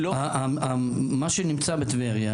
מה שנמצא בטבריה,